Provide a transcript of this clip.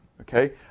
Okay